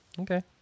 Okay